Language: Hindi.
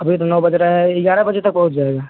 अभी तो नौ बज रहा है ग्यारह बजे तक पहुँच जाएगा